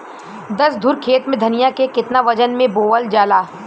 दस धुर खेत में धनिया के केतना वजन मे बोवल जाला?